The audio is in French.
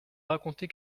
raconter